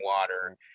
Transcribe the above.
water